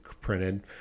printed